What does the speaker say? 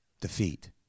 Defeat